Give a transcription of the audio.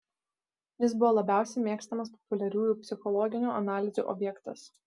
jis buvo labiausiai mėgstamas populiariųjų psichologinių analizių objektas